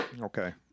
Okay